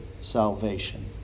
salvation